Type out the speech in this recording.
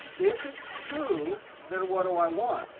if it's true, then what do i want?